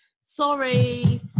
Sorry